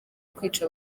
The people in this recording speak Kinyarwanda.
kwica